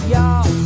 Y'all